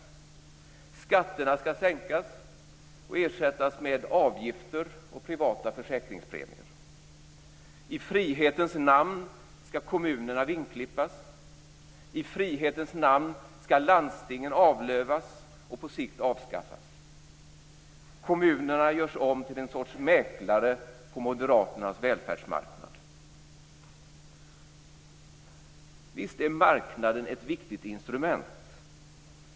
Skatterna skall sänkas och ersättas med avgifter och privata försäkringspremier. I frihetens namn skall kommunerna vingklippas. I frihetens namn skall landstingen avlövas och på sikt avskaffas. Kommunerna görs om till en sorts mäklare på Moderaternas välfärdsmarknad. Visst är marknaden ett viktigt instrument.